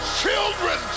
children